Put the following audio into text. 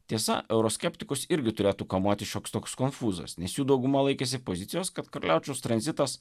tiesa euroskeptikus irgi turėtų kamuoti šioks toks konfūzas nes jų dauguma laikėsi pozicijos kad karaliaučiaus tranzitas